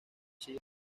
sigue